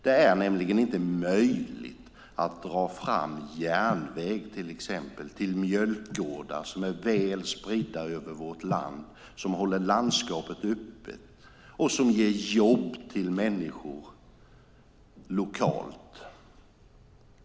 Det är inte möjligt att dra fram järnväg till exempelvis mjölkgårdar som är väl spridda över vårt land, som håller landskapet öppet och som ger jobb till människor lokalt.